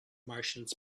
martians